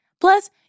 Plus